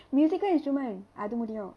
musical instrument அது முடியும்:athu mudiyum